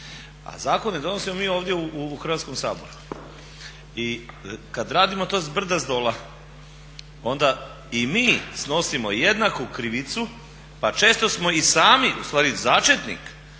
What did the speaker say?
A zakone donosimo mi ovdje u Hrvatskom saboru. I kad radimo to zbrda zdola onda i mi snosimo jednaku krivicu pa često smo i sami, ustvari začetnik